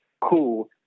cool